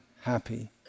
happy